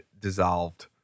dissolved